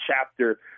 chapter